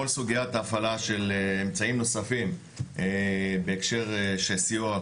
סוגיית ההפעלה של אמצעים נוספים בהקשר של סיוע,